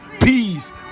Peace